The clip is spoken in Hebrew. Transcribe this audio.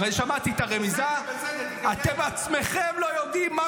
אתה יודע מה התפקיד שלו בממשלה?